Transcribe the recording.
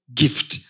gift